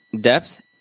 depth